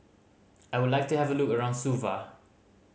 I would like to have a look around Suva